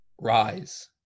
rise